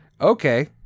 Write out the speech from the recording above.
Okay